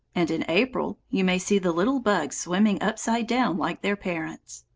and in april you may see the little bugs swimming upside down like their parents.